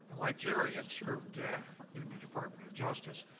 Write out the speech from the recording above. like jerry, had served in the department of justice.